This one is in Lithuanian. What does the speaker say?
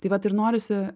taip vat ir norisi